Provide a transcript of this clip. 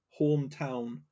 hometown